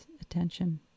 attention